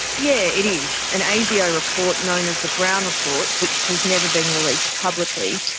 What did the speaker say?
yeah it is. an asio report known as the brown report, which has never been released publicly,